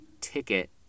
ticket